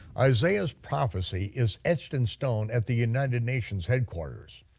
isaiah's prophecy is etched in stone at the united nation's headquarters.